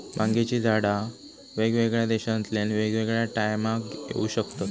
भांगेची झाडा वेगवेगळ्या देशांतल्यानी वेगवेगळ्या टायमाक येऊ शकतत